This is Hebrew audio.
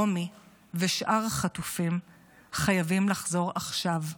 רומי ושאר החטופים חייבים לחזור עכשיו,